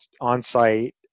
on-site